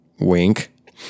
wink